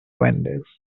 vendors